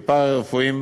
פארה-רפואיים,